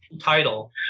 title